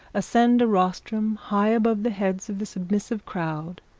ascend a rostrum high above the heads of the submissive crowd,